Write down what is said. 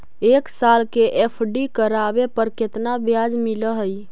एक साल के एफ.डी करावे पर केतना ब्याज मिलऽ हइ?